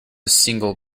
single